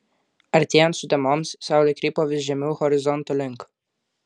artėjant sutemoms saulė krypo vis žemiau horizonto link